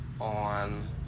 on